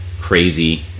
crazy